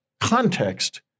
context